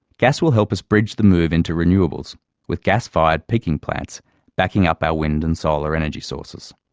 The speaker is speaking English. gas will help us bridge the move into renewables with gas fired peaking plants backing up our wind and solar energy sources.